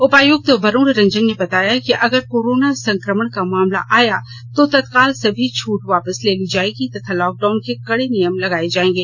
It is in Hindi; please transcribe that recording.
उपायुक्त वरूण रंजन ने बताया कि अगर कोरोना संक्रमण का मामला आया तो तत्काल सभी छट वापस ले ली जाएगी तथा लॉक डाउन के कड़े नियम लगाए जाएंगे